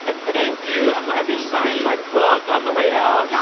ah thank you i'mma have you sign my book on the way out yeah